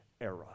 era